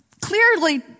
clearly